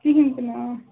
کِہیٖنٛۍ تِنہٕ آ